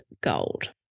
gold